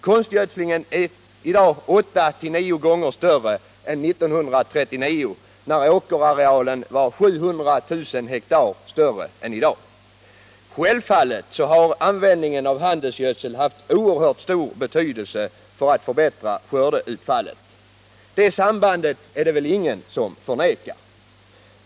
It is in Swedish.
Konstgödslingen är i dag åtta till tio gånger större än 1939, då åkerarealen var 700 000 ha större än i dag. Självfallet har användningen av handelsgödsel haft oerhört stor betydelse för att förbättra skördeutfallet. Det sambandet är det väl ingen som förnekar.